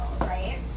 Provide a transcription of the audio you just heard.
right